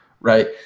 Right